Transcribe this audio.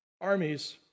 armies